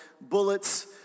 bullets